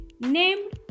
named